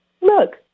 look